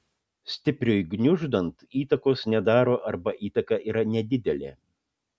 stipriui gniuždant įtakos nedaro arba įtaka yra nedidelė